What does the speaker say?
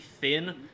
thin